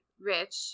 rich